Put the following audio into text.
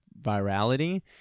virality